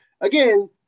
again